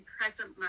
present